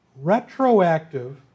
retroactive